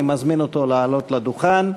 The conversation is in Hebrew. אני מזמין אותו לעלות לדוכן.